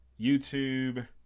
YouTube